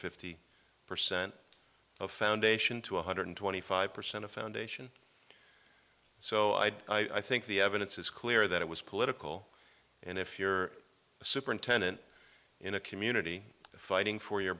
fifty percent of foundation to one hundred twenty five percent of foundation so i think the evidence is clear that it was political and if you're a superintendent in a community fighting for your